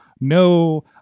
no